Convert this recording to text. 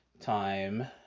time